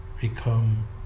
become